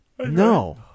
No